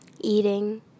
eating